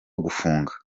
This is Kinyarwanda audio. gufunga